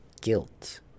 guilt